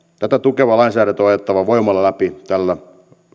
tätä tukeva lainsäädäntö on ajettava voimalla läpi tällä